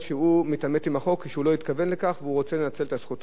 עם החוק כשהוא לא התכוון לכך והוא רוצה לנצל את זכותו להפגין.